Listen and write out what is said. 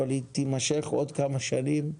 אבל היא תימשך עוד כמה שנים,